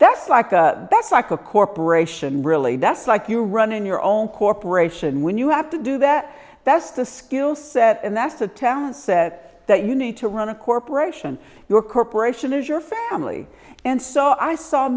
that's like the best like a corporation really does like you running your own corporation when you have to do that that's the skill set and that's the talent set that you need to run a corporation your corporation is your family and so i saw